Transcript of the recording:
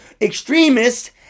extremists